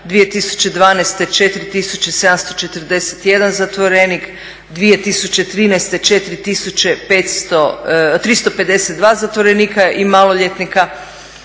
2012. 4.741 zatvorenik, 2013. 4.352 zatvorenika i maloljetnika,